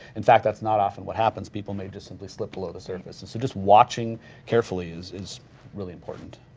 in fact that's not often what happens, people may just simply slip below the surface. and so just watching carefully is is really important.